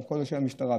לכל אנשי המשטרה,